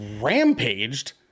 rampaged